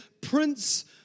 Prince